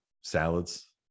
salads